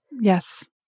Yes